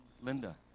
Linda